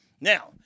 Now